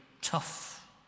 tough